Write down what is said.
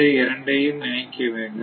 இந்த இரண்டையும் இணைக்க வேண்டும்